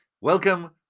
Welcome